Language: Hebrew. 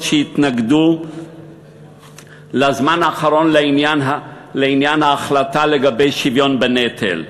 שהתנגדו בזמן האחרון לעניין ההחלטה לגבי שוויון בנטל.